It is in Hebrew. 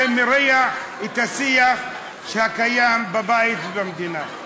זה מרע את השיח שקיים בבית ובמדינה.